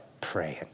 praying